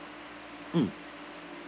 mm